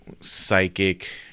psychic